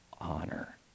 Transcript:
honor